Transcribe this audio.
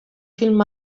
film